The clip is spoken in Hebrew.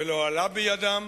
ולא עלה בידם,